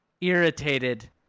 irritated